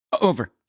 Over